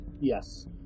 Yes